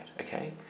okay